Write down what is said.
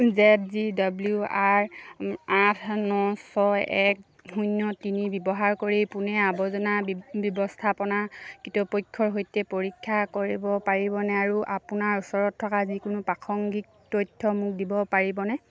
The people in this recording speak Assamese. জেদ জি ডব্লিউ আৰ আঠ ন ছয় এক শূন্য তিনি ব্যৱহাৰ কৰি পুনে আৱৰ্জনা ব্যৱস্থাপনা কৰ্তৃপক্ষৰ সৈতে পৰীক্ষা কৰিব পাৰিবনে আৰু আপোনাৰ ওচৰত থকা যিকোনো প্ৰাসংগিক তথ্য মোক দিব পাৰিবনে